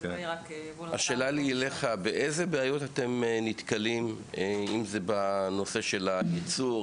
שאלה לי אליך: באילו בעיות אתם נתקלים בנושא של הייצור,